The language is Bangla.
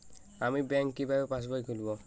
আমি ব্যাঙ্ক কিভাবে পাশবই খুলব?